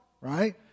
right